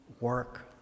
work